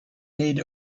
need